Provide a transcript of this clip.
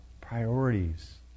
priorities